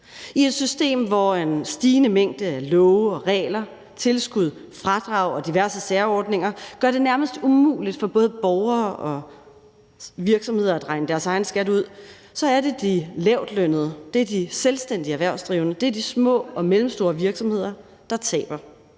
I et system, hvor en stigende mængde af love og regler, tilskud, fradrag og diverse særordninger gør det nærmest umuligt for både borgere og virksomheder at regne deres egen skat ud, er det de lavtlønnede, det er de selvstændigt erhvervsdrivende, og det er de små og mellemstore virksomheder, der taber.